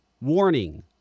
warning